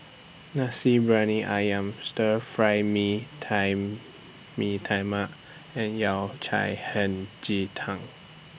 Nasi Briyani Ayam Stir Fry Mee Tai Mee Tai Mak and Yao Cai Hei Ji Tang